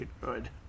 good